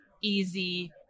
easy